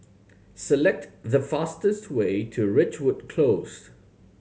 select the fastest way to Ridgewood Close